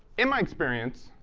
in my experience,